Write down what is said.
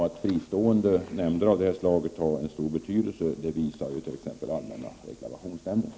Att fristående nämnder av det här slaget har stor betydelse visar t.ex. allmänna reklamationsnämnden.